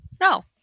No